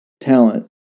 talent